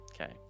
Okay